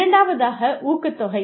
இரண்டாவதாக ஊக்கத்தொகை